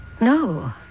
No